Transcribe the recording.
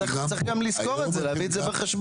צריך גם לזכור את זה, להביא את זה בחשבון.